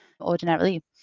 ordinarily